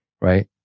right